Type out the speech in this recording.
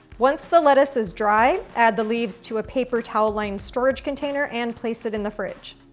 once the lettuce is dry, add the leaves to a paper towel lined storage container and place it in the fridge.